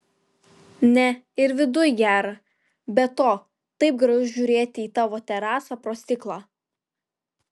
ne ir viduj gera be to taip gražu žiūrėti į tavo terasą pro stiklą